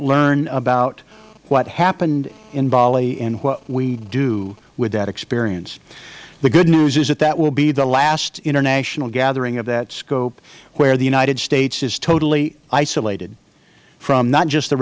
learn about what happened in bali and what we do with that experience the good news is that that will be the last international gathering of that scope where the united states is totally isolated from not just the